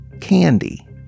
candy